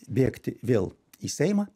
bėgti vėl į seimą